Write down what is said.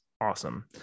awesome